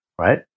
right